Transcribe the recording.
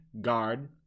guard